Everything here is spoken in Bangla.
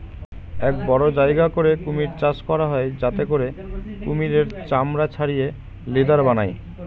এক বড় জায়গা করে কুমির চাষ করা হয় যাতে করে কুমিরের চামড়া ছাড়িয়ে লেদার বানায়